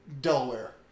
Delaware